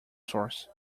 source